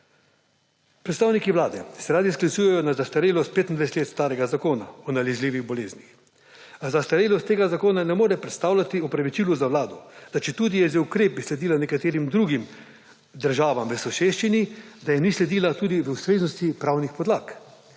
Predstavniki Vlade se radi sklicujejo na zastarelost 25 let starega Zakona o nalezljivih boleznih. A zastarelost tega zakona ne more predstavljati opravičila za vlado, da četudi je z ukrepi sledila nekaterim drugim državam v sosesčini, da jim ni sledila tudi v ustreznosti pravnih podlag.